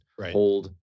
hold